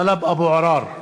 טלב אבו עראר,